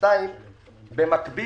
מתי